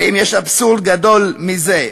האם יש אבסורד גדול מזה,